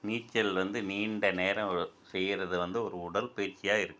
நீச்சல் வந்து நீண்ட நேரம் செய்கிறது வந்து ஒரு உடல்பயிற்சியாக இருக்குது